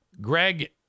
Greg